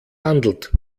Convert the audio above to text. handelt